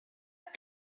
with